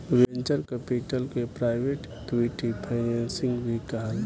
venture capital के private equity financing भी कहाला